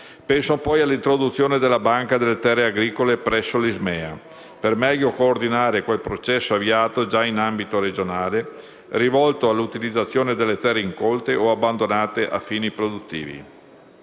Penso poi all'introduzione della banca delle terre agricole presso l'ISMEA, per meglio coordinare quel processo avviato già in ambito regionale rivolto all'utilizzazione delle terre incolte o abbandonate a fini produttivi.